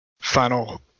final